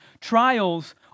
trials